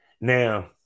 Now